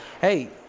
hey –